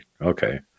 Okay